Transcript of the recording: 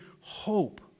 hope